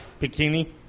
Bikini